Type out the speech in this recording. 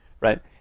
right